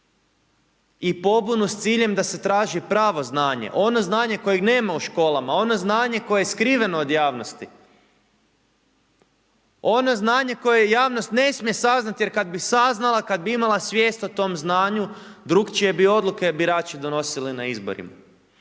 I pobunu s ciljem da se traži pravo znanje, ono znanje kojeg nema u školama, ono znanje koje skriveno od javnosti. Ono znanje koje javnost ne smije saznati jer kad bi saznala, kad bi imala svijest o tom znanju, drukčije bi odluke birači donosili na izborima.